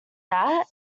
that